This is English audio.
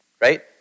right